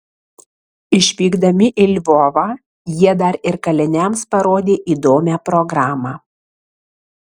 išvykdami į lvovą jie dar ir kaliniams parodė įdomią programą